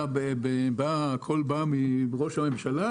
והקול בא אז מראש הממשלה,